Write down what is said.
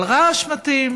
על רעש מתאים